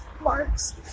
Marks